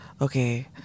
okay